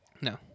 No